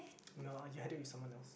no it had to be someone else